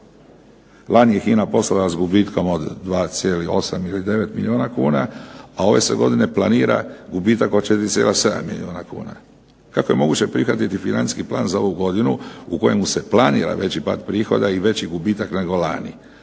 Lani je poslovala s gubitkom od 2,8 ili 2,9 milijuna kuna, a ove se godine planira gubitak od 4,7 milijuna kuna. Kako je moguće prihvatiti financijski plan za ovu godinu u kojemu se planira veći pad prihoda i veći gubitak nego lani?